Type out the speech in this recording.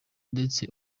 ndetse